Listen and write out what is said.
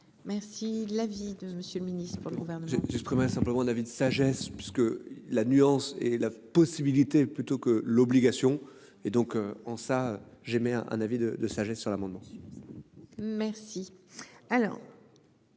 Merci la vie de Monsieur le Ministre pour l'Auvergne. J'ai j'exprimais simplement un avis de sagesse puisque la nuance et la possibilité plutôt que l'obligation et donc en ça, j'émets un avis de de sagesse sur l'amendement. Merci